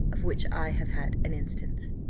of which i have had an instance.